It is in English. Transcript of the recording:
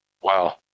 Wow